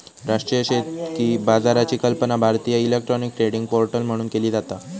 राष्ट्रीय शेतकी बाजाराची कल्पना भारतीय इलेक्ट्रॉनिक ट्रेडिंग पोर्टल म्हणून केली जाता